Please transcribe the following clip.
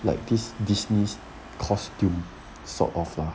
like this disney's costume sort of lah